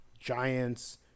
Giants